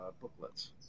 booklets